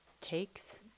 takes